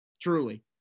truly